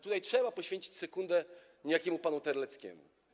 Tutaj trzeba poświecić sekundę niejakiemu panu Terleckiemu.